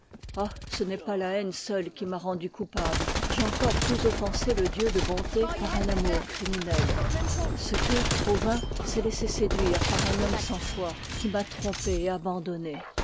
ah ce n'est pas la haine seule qui m'a rendue coupable j'ai encore plus offensé le dieu de k bonté par un amour criminel ce coeur trop vain s'est laissé séduire par un homme sans foi qui m'a trompée et abandonnée